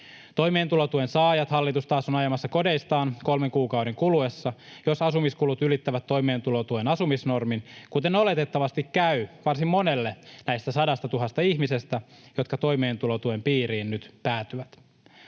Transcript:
Toimeentulotuen saajat hallitus taas on ajamassa kodeistaan kolmen kuukauden kuluessa, jos asumiskulut ylittävät toimeentulotuen asumisnormin, kuten oletettavasti käy varsin monelle näistä 100 000 ihmisestä, jotka toimeentulotuen piiriin nyt päätyvät.